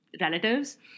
relatives